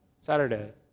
Saturday